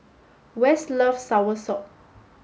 west loves soursop